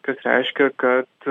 kas reiškia kad